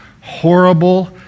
horrible